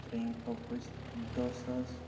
ترٛیٚیِم تھاوَو أسۍ دَہ ساس